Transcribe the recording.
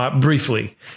briefly